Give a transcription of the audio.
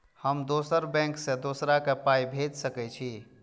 हम दोसर बैंक से दोसरा के पाय भेज सके छी?